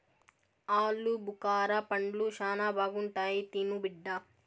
ఆలుబుకారా పండ్లు శానా బాగుంటాయి తిను బిడ్డ